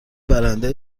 برنده